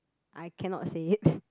I cannot say it